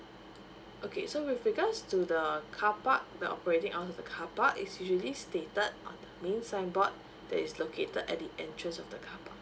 okay so with regards to the carpark the operating hours at the carpark is usually stated on the main signboard that is located at the entrance of the carpark